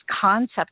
concept